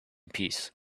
peace